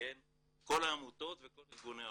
כל העמותות וכל ארגוני העולים,